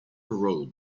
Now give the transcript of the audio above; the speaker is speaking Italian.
rod